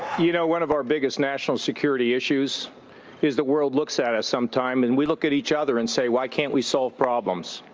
you know, one of our biggest national security issues is the world looks at us some time, and we look at each other and say, why can't we solve problems?